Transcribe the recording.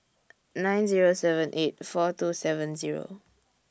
nine Zero seven eight four two seven Zero